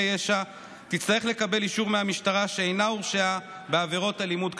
ישע תצטרך לקבל אישור מהמשטרה שלא הורשעה בעבירות אלימות כלפיהם.